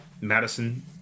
Madison